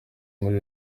muri